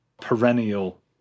perennial